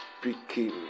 speaking